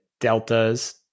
delta's